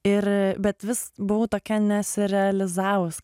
ir bet vis buvau tokia nesirealizavus